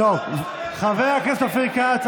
התנועה האסלאמית, חבר הכנסת אופיר כץ,